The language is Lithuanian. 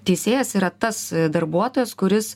teisėjas yra tas darbuotojas kuris